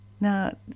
Now